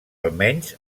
almenys